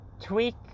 tweak